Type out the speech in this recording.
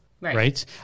Right